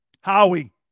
Howie